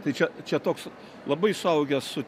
tai čia čia toks labai suaugęs su